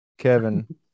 Kevin